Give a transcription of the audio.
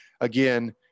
again